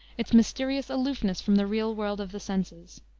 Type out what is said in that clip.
its mysterious aloofness from the real world of the senses.